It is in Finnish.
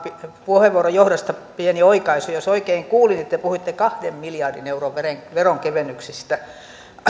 puheenvuoron johdosta pieni oikaisu jos oikein kuulin te puhuitte kahden miljardin euron veronkevennyksistä